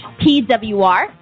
PWR